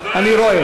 אני רואה.